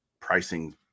pricing